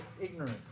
ignorance